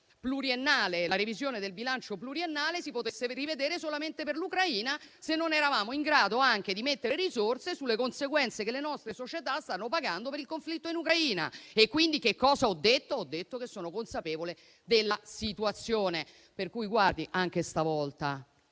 per la quale la revisione del bilancio pluriennale si potesse rivedere solamente per l'Ucraina, e ciò se non eravamo in grado anche di mettere risorse sulle conseguenze che le nostre società stanno pagando per il conflitto in Ucraina. Che cosa ho detto? Ho detto che sono consapevole della situazione per cui, guardi, anche stavolta,